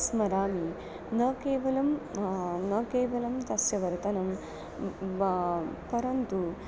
स्मरामि न केवलं न केवलं तस्य वर्तनं परन्तु